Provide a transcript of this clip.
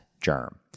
germ